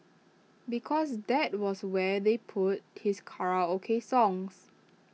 because that was where they put his karaoke songs